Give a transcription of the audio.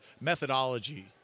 methodology